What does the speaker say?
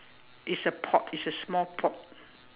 it's a pot it's a small pot